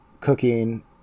cooking –